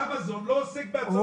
אמזון לא עוסק בהצהרות יצרן.